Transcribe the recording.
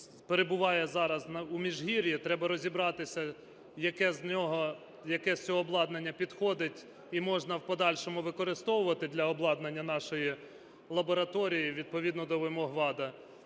перебуває зараз у Міжгір'ї. Треба розібратися, яке з цього обладнання підходить, і можна в подальшому використовувати для обладнання нашої лабораторії відповідно до вимог ВАДА.